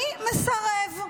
אני מסרב.